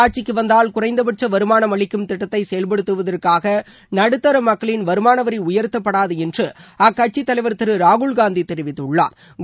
ஆட்சிக்கு வந்தால் குறைந்த பட்ச வருமானம் அளிக்கும் திட்டத்தை காங்கிரஸ் செயல்படுத்துவதற்காக நடுத்தர மக்களின் வருமான வரி உயர்த்தப்படாது என்று அக்கட்சி தலைவர் திரு ராகுல் காந்தி தெரிவித்துள்ளாா்